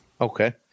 Okay